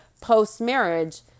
post-marriage